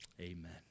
Amen